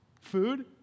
food